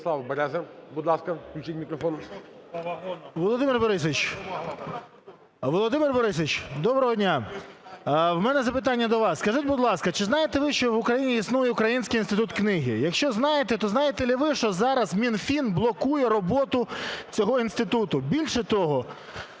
Володимире Борисовичу, доброго дня. У мене запитання до вас. Скажіть, будь ласка, чи знаєте ви, що в Україні існує Український інститут книги? Якщо знаєте, то чи знаєте ви, що зараз Мінфін блокує роботу цього інституту? Більше того,